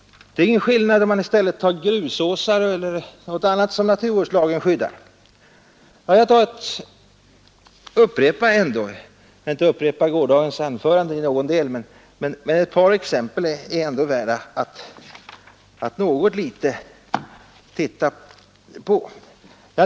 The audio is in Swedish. Det är ingen skillnad om man i stället som exempel tar grusåsar eller någonting annat som naturvårdslagen skyddar. Jag skall visserligen inte upprepa gårdagens anförande, men ett par exempel är ändå värda att granska något litet.